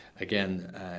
again